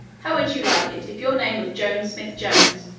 how would you like it if your name was jones-smith-jones,